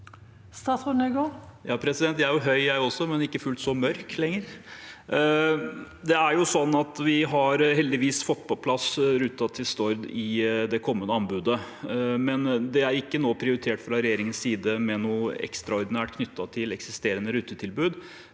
Jeg er jo høy, jeg også, men ikke fullt så mørk lenger. Vi har heldigvis fått på plass ruten til Stord i det kommende anbudet, men det er ikke nå prioritert fra regjeringens side med noe ekstraordinært knyttet til eksisterende rutetilbud.